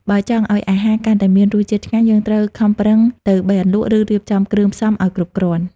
បើចង់ឱ្យអាហារកាន់តែមានរសជាតិឆ្ងាញ់ យើងត្រូវខំប្រឹងទៅបេះអន្លក់ ឬរៀបចំគ្រឿងផ្សំឱ្យគ្រប់គ្រាន់។